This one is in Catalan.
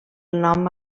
nom